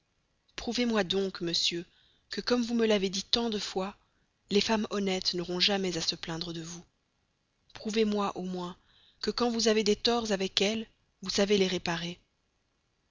prouvez-moi donc monsieur que comme vous me l'avez dit tant de fois les femmes honnêtes n'auront jamais à se plaindre de vous prouvez-moi au moins que quand vous avez des torts avec elles vous savez les réparer